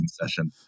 session